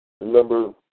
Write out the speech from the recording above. remember